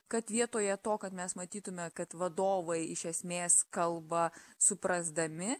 kad vietoje to kad mes matytume kad vadovai iš esmės kalba suprasdami